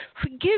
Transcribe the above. Forgive